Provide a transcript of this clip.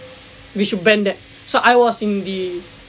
we should ban that so I was in the